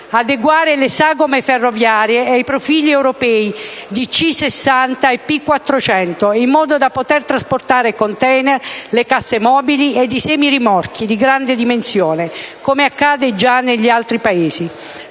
adeguare le sagome ferroviarie ai profili europei di C60 e P400, in modo da poter trasportare *container*, le casse mobili e i semirimorchi di grandi dimensioni, come accade già negli altri Paesi